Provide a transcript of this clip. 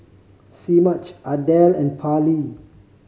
Semaj Adele and Parley